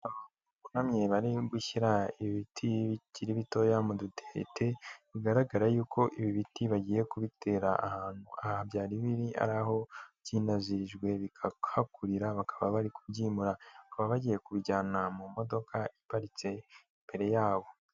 Abantu bunamye bari gushyira ibiti bikiri bitoya mu dutete bigaragara yuko ibi biti bagiye kubitera ahantu, aha byari biri aho bazirijwe bikahakurira bakaba bari kubyimura bakaba bagiye kubijyana mu modoka iparitse imbere yabo.